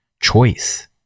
choice